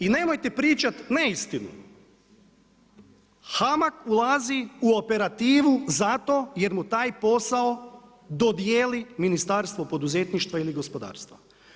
I nemojte pričate neistinu, HAMAG ulazi u operativu zato je r mu taj posao dodjeli Ministarstvo poduzetništva ili gospodarstva.